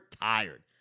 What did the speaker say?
tired